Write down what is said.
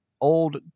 old